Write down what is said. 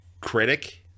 critic